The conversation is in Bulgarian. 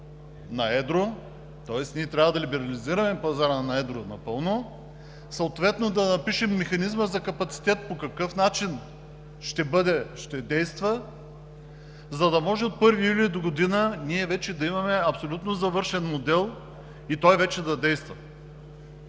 на едро, тоест ние трябва да либерализираме пазара на едро напълно, съответно да напишем механизма за капацитет – по какъв начин ще действа, за да може от 1 юли догодина ние вече да имаме абсолютно завършен модел и той вече да действа.